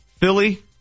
Philly